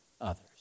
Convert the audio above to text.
others